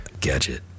Gadget